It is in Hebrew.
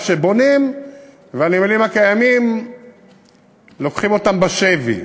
שבונים והנמלים הקיימים לוקחים אותם בשבי,